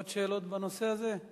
עוד שאלות בנושא הזה?